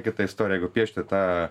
kita istorija jeigu piešti tą